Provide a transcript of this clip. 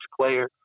player